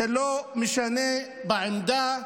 זה לא משנה את העמדה.